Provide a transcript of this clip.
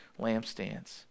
lampstands